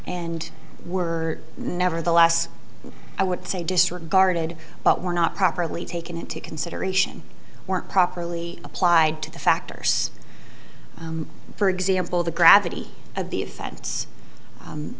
and were never the last i would say disregarded but were not properly taken into consideration weren't properly applied to the factors for example the gravity of the offense